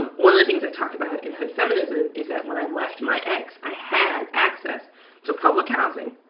one of the things i talk about in hood feminism is that when i left my ex, i had access to public housing,